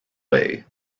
way